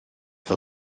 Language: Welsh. fel